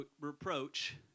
reproach